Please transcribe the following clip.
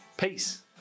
Peace